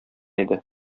иде